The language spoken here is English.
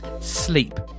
sleep